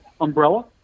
umbrella